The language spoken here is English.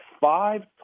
five